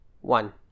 one